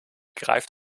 greift